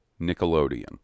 Nickelodeon